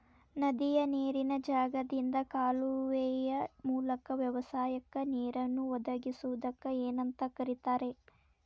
ನದಿಯ ನೇರಿನ ಜಾಗದಿಂದ ಕಾಲುವೆಯ ಮೂಲಕ ವ್ಯವಸಾಯಕ್ಕ ನೇರನ್ನು ಒದಗಿಸುವುದಕ್ಕ ಏನಂತ ಕರಿತಾರೇ?